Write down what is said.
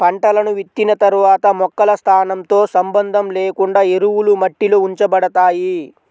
పంటలను విత్తిన తర్వాత మొక్కల స్థానంతో సంబంధం లేకుండా ఎరువులు మట్టిలో ఉంచబడతాయి